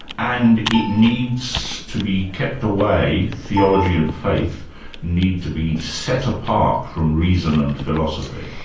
and it needs to be kept away, theology and faith need to be set apart from reason and philosophy.